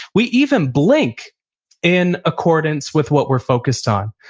we even blink in accordance with what we're focused on.